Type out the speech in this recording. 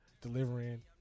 delivering